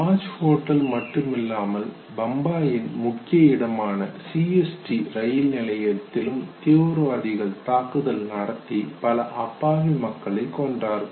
Taj hotel மட்டுமில்லாமல் பம்பாயின் முக்கிய இடமான CST ரயில் நிலையத்திலும் தீவிரவாதிகள் தாக்குதல் நடத்தி பல அப்பாவி மக்களை கொன்றார்கள்